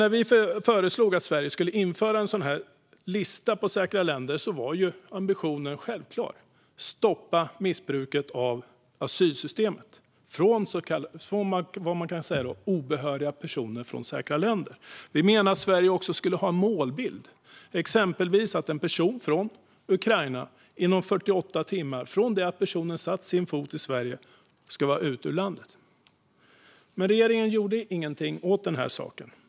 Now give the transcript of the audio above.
När vi föreslog att Sverige skulle införa en lista över säkra länder var ambitionen självklar: att stoppa missbruket av asylsystemet från obehöriga personer från säkra länder. Vi menade också att Sverige skulle ha en målbild, exempelvis att en person från Ukraina inom 48 timmar från det att personen satt sin fot i Sverige ska vara ute ur landet. Men regeringen gjorde ingenting åt den saken.